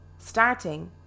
starting